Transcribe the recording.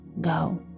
go